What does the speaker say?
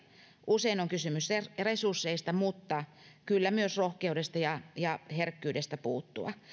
usein on kysymys resursseista mutta kyllä myös rohkeudesta ja ja herkkyydestä puuttua